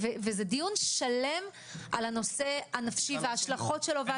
זה דיון שלם על הנושא הנפשי וההשלכות שלו.